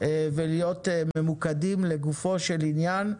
ממוקדים ולדבר לעניין.